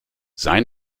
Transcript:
sei